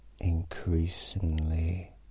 Increasingly